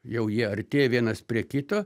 jau jie artėja vienas prie kito